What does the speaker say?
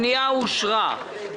הפנייה אושרה.